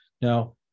Now